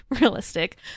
realistic